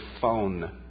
phone